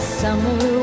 summer